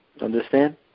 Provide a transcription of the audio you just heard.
Understand